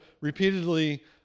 repeatedly